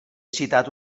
citat